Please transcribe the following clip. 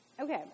Okay